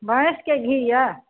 भैँसके घी यए